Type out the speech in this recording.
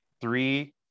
Three